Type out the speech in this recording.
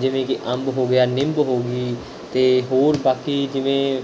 ਜਿਵੇਂ ਕਿ ਅੰਬ ਹੋ ਗਿਆ ਨਿੰਮ ਹੋ ਗਈ ਅਤੇ ਹੋਰ ਬਾਕੀ ਜਿਵੇਂ